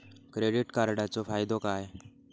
Credit कार्डाचो फायदो काय?